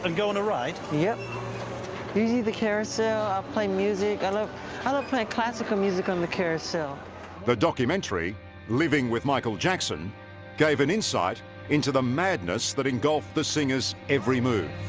and go on a ride. yep you see the carousel. i'll play music i look i don't play classical music on the carousel the documentary living with michael jackson gave an insight into the madness that engulfed the singers every move